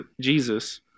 Jesus